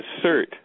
assert